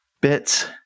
bits